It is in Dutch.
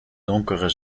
donkere